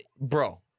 bro